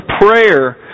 prayer